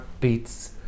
beats